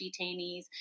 detainees